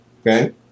Okay